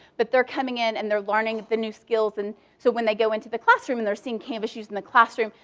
but they're coming in and they're learning the new skills, and so when they go into the classroom and they're seeing canvas used in the classroom,